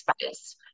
space